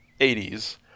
80s